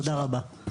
תודה רבה.